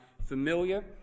familiar